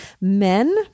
men